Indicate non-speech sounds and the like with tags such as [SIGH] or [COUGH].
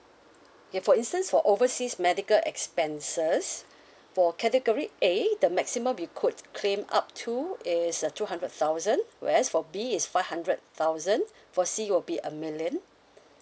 okay for instance for overseas medical expenses [BREATH] for category A the maximum we could claim up to is uh two hundred thousand where as for B is five hundred thousand for C will be a million